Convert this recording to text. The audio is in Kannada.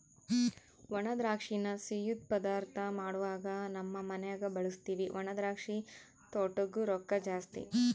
ಒಣದ್ರಾಕ್ಷಿನ ಸಿಯ್ಯುದ್ ಪದಾರ್ಥ ಮಾಡ್ವಾಗ ನಮ್ ಮನ್ಯಗ ಬಳುಸ್ತೀವಿ ಒಣದ್ರಾಕ್ಷಿ ತೊಟೂಗ್ ರೊಕ್ಕ ಜಾಸ್ತಿ